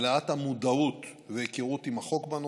העלאת המודעות והיכרות עם החוק בנושא,